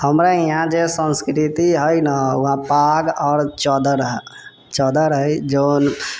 हमरा इहाँ जे संस्कृति हइ ने उहाँ पाग आओर चदर चदर हइ जउन